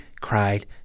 cried